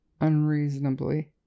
Unreasonably